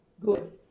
good